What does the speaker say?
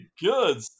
Good